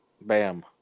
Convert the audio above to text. Bam